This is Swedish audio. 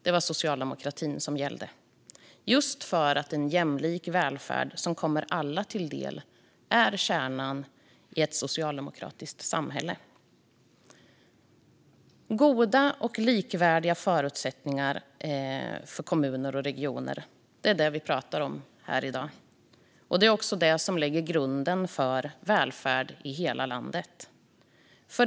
Det var socialdemokratin som gällde, just för att en jämlik välfärd som kommer alla till del är kärnan i ett socialdemokratiskt samhälle. Goda och likvärdiga förutsättningar för kommuner och regioner pratar vi om här i dag. Det är också det som lägger grunden för välfärd i hela landet.